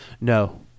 No